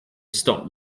stop